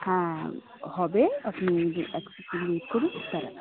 হ্যাঁ হবে আপনি এক সেকেন্ড ওয়েট করুন দাঁড়ান